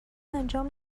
انجام